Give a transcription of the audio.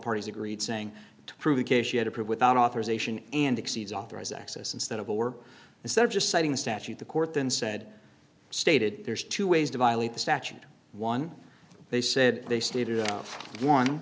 parties agreed saying to prove a case she had to prove without authorization and exceeds authorized access instead of war instead of just citing the statute the court then said stated there's two ways to violate the statute one they said they stated o